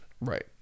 Right